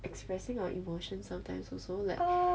expressing our emotion sometimes also like